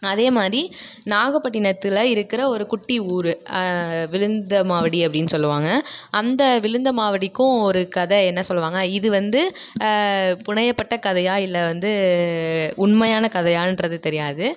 அதே மாதிரி நாகப்பட்டினத்தில் இருக்கிற ஒரு குட்டி ஊர் விழுந்தமாவடி அப்படீனு சொல்லுவாங்க அந்த விழுந்தமாவடிக்கும் ஒரு கதை என்ன சொல்லுவாங்க இது வந்து புனையப்பட்ட கதையாக இல்லை வந்து உண்மையான கதையான்றது தெரியாது